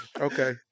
Okay